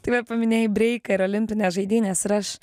taip va paminėjai breiką ir olimpinės žaidynės ir aš